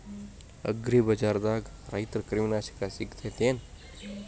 ಅಗ್ರಿಬಜಾರ್ದಾಗ ರೈತರ ಕ್ರಿಮಿ ನಾಶಕ ಸಿಗತೇತಿ ಏನ್?